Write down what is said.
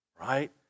right